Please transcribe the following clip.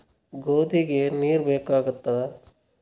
ಗೋಧಿಗ ನೀರ್ ಬೇಕಾಗತದ?